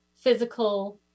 physical